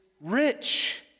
rich